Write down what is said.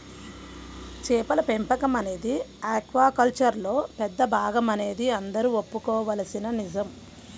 చేపల పెంపకం అనేది ఆక్వాకల్చర్లో పెద్ద భాగమనేది అందరూ ఒప్పుకోవలసిన నిజం